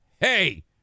hey